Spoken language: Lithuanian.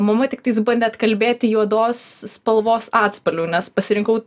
mama tiktais bandė atkalbėti juodos spalvos atspalvių nes pasirinkau